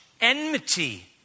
enmity